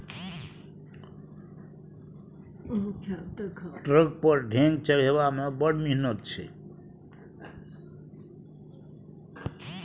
truck पर ढेंग चढ़ेबामे बड़ मिहनत छै